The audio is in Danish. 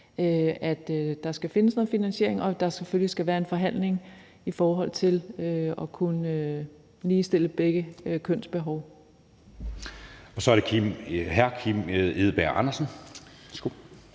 at der skal findes noget finansiering, og at der selvfølgelig skal være en forhandling i forhold til at kunne ligestille begge køns behov. Kl. 19:08 Anden